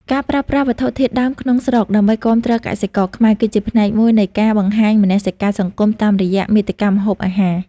ការប្រើប្រាស់វត្ថុធាតុដើមក្នុងស្រុកដើម្បីគាំទ្រកសិករខ្មែរ គឺជាផ្នែកមួយនៃការបង្ហាញមនសិការសង្គមតាមរយៈមាតិកាម្ហូបអាហារ។